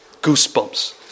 goosebumps